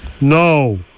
No